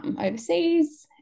overseas